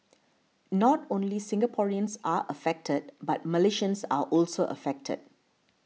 not only Singaporeans are affected but Malaysians are also affected